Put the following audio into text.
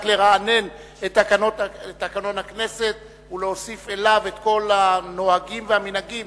לרענן את תקנון הכנסת ולהוסיף אליו את כל הנהגים והמנהגים